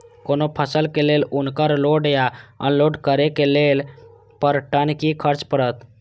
कोनो फसल के लेल उनकर लोड या अनलोड करे के लेल पर टन कि खर्च परत?